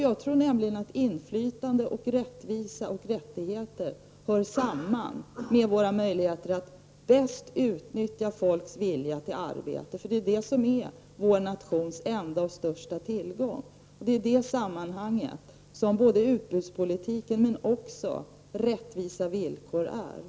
Jag tror nämligen att inflytande, rättvisa och rättigheter hör samman med våra möjligheter att bäst utnyttja folks vilja till arbete. Detta är vår nations största tillgång, och det är i det sammanhanget som utbudspolitiken och frågan om rättvisa villkor kommer in.